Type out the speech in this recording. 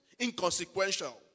inconsequential